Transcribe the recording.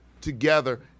together